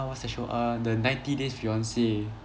what's that show uh the ninety days fiance